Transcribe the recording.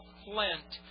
flint